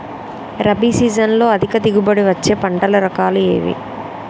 రబీ సీజన్లో అధిక దిగుబడి వచ్చే పంటల రకాలు ఏవి?